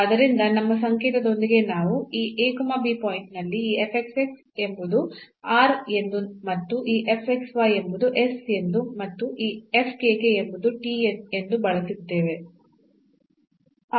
ಆದ್ದರಿಂದ ನಮ್ಮ ಸಂಕೇತದೊಂದಿಗೆ ನಾವು ಈ ಪಾಯಿಂಟ್ ನಲ್ಲಿ ಈ ಎಂಬುದು r ಎಂದು ಮತ್ತು ಈ ಎಂಬುದು s ಎಂದು ಮತ್ತು ಈ ಎಂಬುದು t ಎಂದು ಬಳಸಿದ್ದೇವೆ